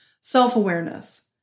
Self-awareness